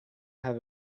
have